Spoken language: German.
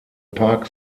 park